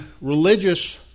religious